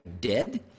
dead